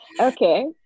Okay